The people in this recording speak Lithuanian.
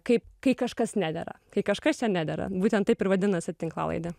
kaip kai kažkas nedera kai kažkas čia nedera būtent taip ir vadinasi tinklalaidė